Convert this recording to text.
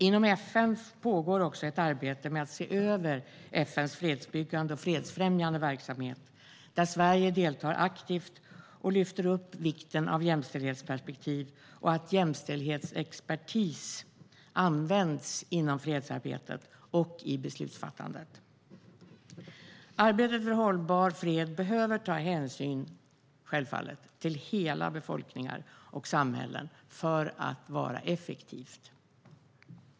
Inom FN pågår ett arbete med att se över FN:s fredsbyggande och fredsfrämjande verksamhet där Sverige deltar aktivt och lyfter upp vikten av jämställdhetsperspektiv och av att jämställdhetsexpertis används inom fredsarbetet och i beslutsfattandet. Arbetet för hållbar fred behöver självfallet ta hänsyn till hela befolkningar och samhällen för att vara effektivt.